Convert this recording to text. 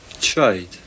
Trade